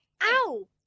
Ow